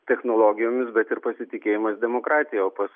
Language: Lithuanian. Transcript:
technologijomis bet ir pasitikėjimas demokratija o pas